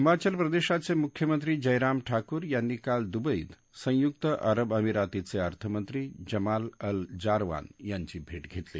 हिमाचल प्रदेशाचे मुख्यमंत्री जयराम ठाकूर यांनी काल दुबईत संयुक्त अरब अमिरातीचे अर्थमंत्री जमाल अल जारवान यांची भेट घेतली